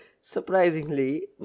surprisingly